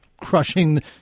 crushing